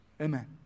Amen